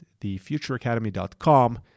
thefutureacademy.com